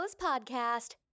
Podcast